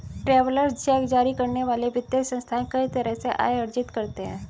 travellers cheque जारी करने वाले वित्तीय संस्थान कई तरह से आय अर्जित करते हैं